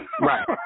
Right